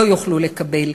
כולם יוכלו לקבל.